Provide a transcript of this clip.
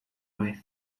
vez